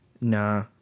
Nah